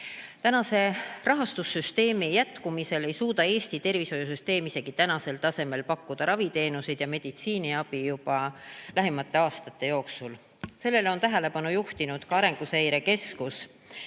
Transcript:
Samasuguse rahastussüsteemi jätkumisel ei suuda Eesti tervishoiusüsteem isegi praegusel tasemel pakkuda raviteenuseid ja meditsiiniabi juba lähimate aastate jooksul. Sellele on tähelepanu juhtinud ka Arenguseire Keskus,